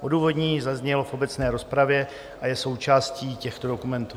Odůvodnění zaznělo v obecné rozpravě a je součástí těchto dokumentů.